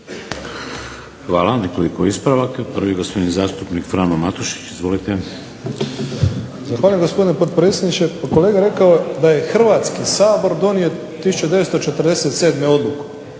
Hvala. Nekoliko ispravaka. Prvi gospodin zastupnik Frano Matušić. **Matušić, Frano (HDZ)** Zahvaljujem gospodine potpredsjedniče. Pa kolega je rekao da je Hrvatski sabor donio 1947. godine